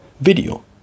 video